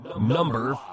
Number